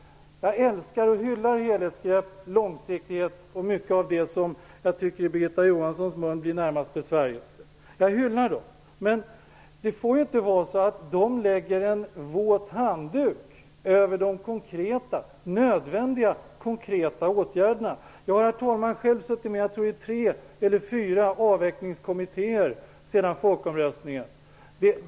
Jag älskar och hyllar helhetsgrepp, långsiktighet och mycket av det som i Birgitta Johanssons mun blir närmast besvärjelser. Jag hyllar dem. Men det får inte bli så att dessa begrepp ligger som en våt handduk över de nödvändiga, konkreta åtgärderna. Herr talman! Jag har suttit med i tre eller fyra avvecklingskommittéer sedan folkomröstningen.